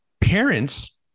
parents